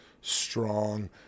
strong